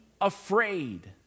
afraid